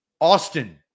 Austin